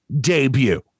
debut